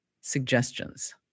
Suggestions